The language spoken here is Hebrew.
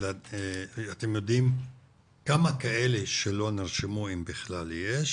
אתם יודעים כמה כאלה שלא נרשמו, אם בכלל, יש?